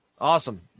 Awesome